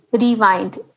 rewind